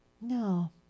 No